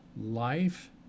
Life